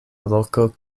loko